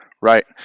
Right